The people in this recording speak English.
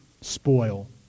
spoil